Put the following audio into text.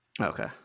Okay